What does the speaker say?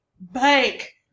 bank